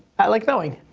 i like knowing.